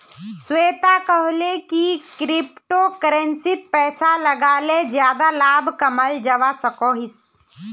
श्वेता कोहले की क्रिप्टो करेंसीत पैसा लगाले ज्यादा लाभ कमाल जवा सकोहिस